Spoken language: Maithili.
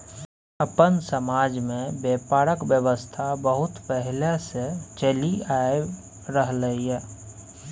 अपन समाज में ब्यापारक व्यवस्था बहुत पहले से चलि आइब रहले ये